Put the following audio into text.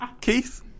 Keith